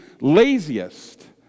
laziest